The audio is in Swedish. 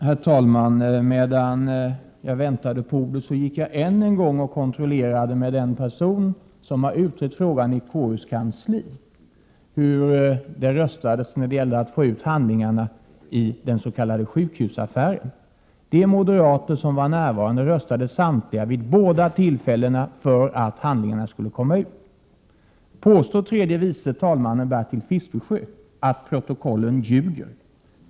Herr talman! Medan jag väntade på att få ordet kontrollerade jag än en gång med den person i KU:s kansli som har utrett hur det röstades när det gällde att få ut handlingarna i den s.k. sjukhusaffären. Samtliga moderater som var närvarande röstade vid båda tillfällena för att handlingarna skulle komma ut. Påstår tredje vice talmannen Bertil Fiskesjö att protokollen ljuger?